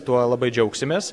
tuo labai džiaugsimės